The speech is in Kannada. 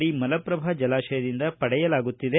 ಡಿ ಮಲಪ್ರಭಾ ಜಲಾಶಯದಿಂದ ಪಡೆಯಲಾಗುತ್ತಿದೆ